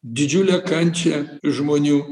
didžiulę kančią iš žmonių